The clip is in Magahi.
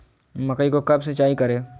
मकई को कब सिंचाई करे?